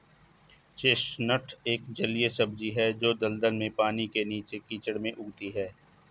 chestnut एक जलीय सब्जी है जो दलदल में, पानी के नीचे, कीचड़ में उगती है